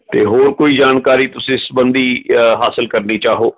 ਅਤੇ ਹੋਰ ਕੋਈ ਜਾਣਕਾਰੀ ਤੁਸੀਂ ਇਸ ਸੰਬੰਧੀ ਹਾਸਲ ਕਰਨੀ ਚਾਹੋ